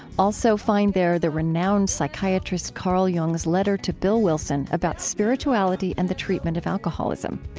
also find there the renowned psychiatrist carl jung's letter to bill wilson, about spirituality and the treatment of alcoholism.